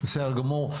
בסדר גמור.